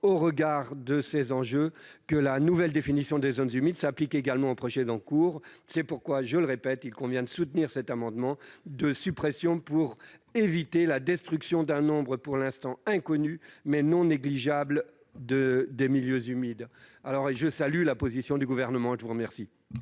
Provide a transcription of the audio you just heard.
au regard de ces enjeux, que la nouvelle définition des zones humides s'applique également aux projets en cours. Il convient donc de soutenir cet amendement de suppression pour éviter la destruction d'un nombre pour l'instant inconnu, mais non négligeable, de milieux humides. À cet égard, je salue la position du Gouvernement sur l'amendement.